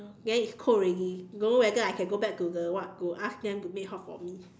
ya it's cold already don't know whether I can go back to the what to ask them make hot for me